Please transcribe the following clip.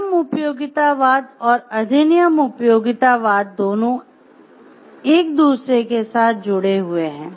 नियम उपयोगितावाद और अधिनियम उपयोगितावाद दोनों एक दूसरे के साथ जुड़े हुए हैं